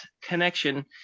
connection